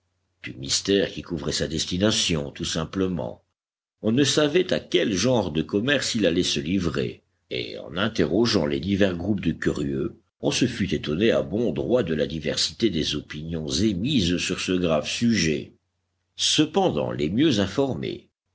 du mystère qui couvrait sa destination tout simplement on ne savait à quel genre de commerce il allait se livrer et en interrogeant les divers groupes de curieux on se fût étonné à bon droit de la diversité des opinions émises sur ce grave sujet cependant les mieux informés